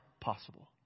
possible